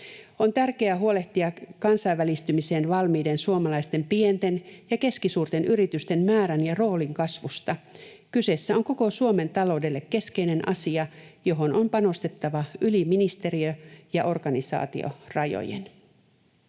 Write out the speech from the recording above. On tärkeää huolehtia kansainvälistymiseen valmiiden suomalaisten pienten ja keskisuurten yritysten määrän ja roolin kasvusta. Kyseessä on koko Suomen taloudelle keskeinen asia, johon on panostettava yli ministeriö- ja organisaatiorajojen.